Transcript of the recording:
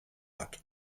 hat